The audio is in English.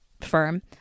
firm